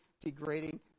degrading